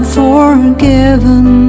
forgiven